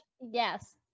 yes